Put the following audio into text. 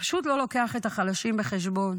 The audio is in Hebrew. שפשוט לא לוקח את החלשים בחשבון,